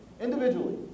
Individually